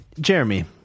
Jeremy